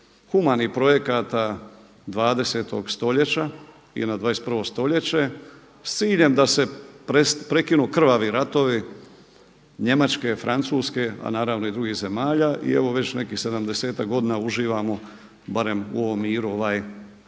humanih projekata 20. stoljeća i na 21. stoljeće s ciljem da se prekinu krvavi ratovi Njemačke, Francuske, a naravno i drugih zemalja. I evo, već nekih 70-tak godina uživamo barem u ovom miru znači